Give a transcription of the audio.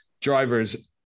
drivers